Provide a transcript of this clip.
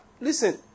Listen